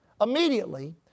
immediately